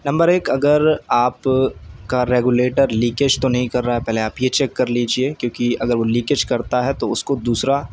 number ایک اگر آپ کا رگولیٹر لیکیج تو نہیں کر رہا ہے پہلے آپ یہ چیک کر لیجیے کیوں کہ اگر وہ لیکیج کرتا ہے تو اس کو دوسرا